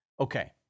Okay